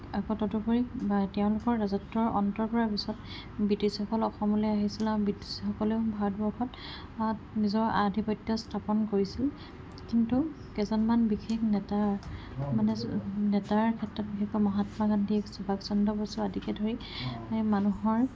আকৌ তদুপৰি তেওঁলোকৰ ৰাজত্বৰ অন্ত পৰাৰ পিছত বৃটিছসকল অসমলে আহিছিল আৰু বৃটিছসকলেও ভাৰতবৰ্ষত নিজৰ আধিপত্য স্থাপন কৰিছিল কিন্তু কেইজনমান বিশেষ নেতা মানে নেতাৰ ক্ষেত্ৰত বিশেষকৈ মহাত্মা গান্ধী সুভাষ চন্দ্ৰ বসু আদিকে ধৰি মানুহৰ